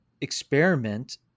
experiment